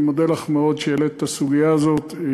אני מודה לך מאוד על שהעלית את הסוגיה הזאת.